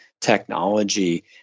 technology